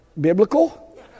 biblical